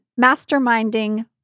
masterminding